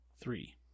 Three